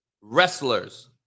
Wrestlers